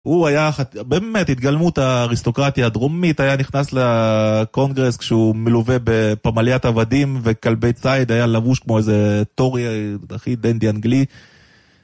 הוא היה באמת התגלמות האריסטוקרטיה הדרומית, היה נכנס לקונגרס כשהוא מלווה בפמליית עבדים וכלבי צייד, היה לבוש כמו איזה תורי דנדי אנגלי.